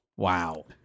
Wow